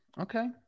Okay